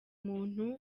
muntu